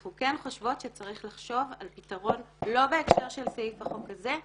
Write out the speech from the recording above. אנחנו חושבת שצריך לחשוב על פתרון לא בהקשר של סעיף החוק הזה,